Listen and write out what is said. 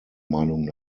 meinung